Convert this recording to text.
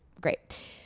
great